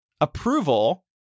approval